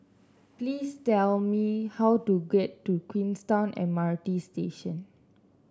please tell me how to get to Queenstown M R T Station